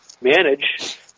manage